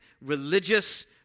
religious